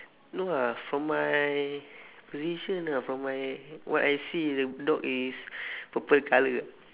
no ah from my position ah from my what I see is the dog is purple colour